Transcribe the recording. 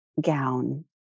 gown